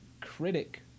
critic